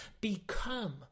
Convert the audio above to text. become